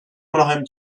mnohem